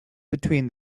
between